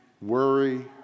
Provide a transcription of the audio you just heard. Worry